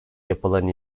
yapılan